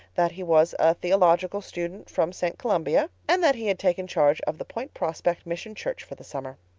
that he was a theological student from st. columbia, and that he had taken charge of the point prospect mission church for the summer.